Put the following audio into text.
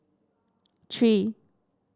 three